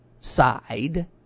side